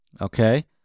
Okay